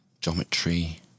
geometry